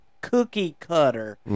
cookie-cutter